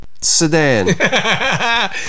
sedan